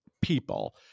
people